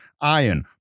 iron